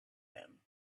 them